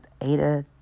Ada